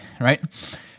right